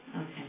Okay